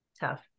Tough